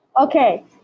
Okay